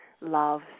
love